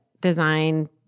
design